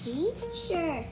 Teacher